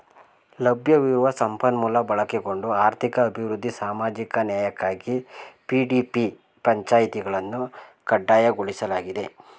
ಲಭ್ಯವಿರುವ ಸಂಪನ್ಮೂಲ ಬಳಸಿಕೊಂಡು ಆರ್ಥಿಕ ಅಭಿವೃದ್ಧಿ ಸಾಮಾಜಿಕ ನ್ಯಾಯಕ್ಕಾಗಿ ಪಿ.ಡಿ.ಪಿ ಪಂಚಾಯಿತಿಗಳನ್ನು ಕಡ್ಡಾಯಗೊಳಿಸಲಾಗಿದೆ